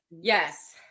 Yes